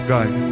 God